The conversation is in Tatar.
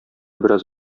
бераз